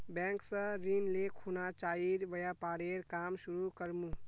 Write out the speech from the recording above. bank स ऋण ले खुना चाइर व्यापारेर काम शुरू कर मु